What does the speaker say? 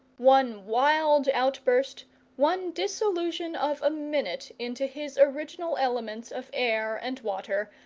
one wild outburst one dissolution of a minute into his original elements of air and water,